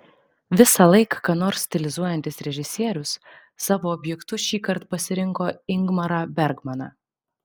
visąlaik ką nors stilizuojantis režisierius savo objektu šįkart pasirinko ingmarą bergmaną